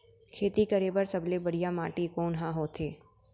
खेती करे बर सबले बढ़िया माटी कोन हा होथे?